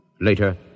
Later